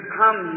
come